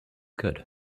good